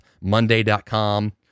Monday.com